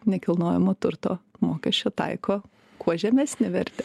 nekilnojamo turto mokesčio taiko kuo žemesnę vertę